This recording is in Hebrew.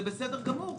זה בסדר גמור.